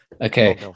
okay